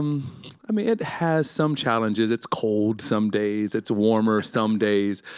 um i mean, it has some challenges. it's cold some days. it's warmer some days.